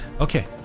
Okay